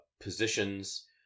positions